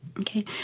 Okay